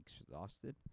exhausted